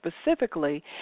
specifically